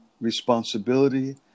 Responsibility